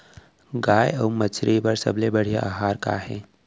गाय अऊ मछली बर सबले बढ़िया आहार का हे?